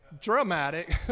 dramatic